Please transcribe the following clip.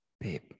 Babe